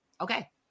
okay